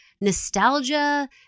nostalgia